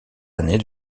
années